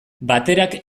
baterak